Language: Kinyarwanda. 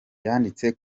yanditse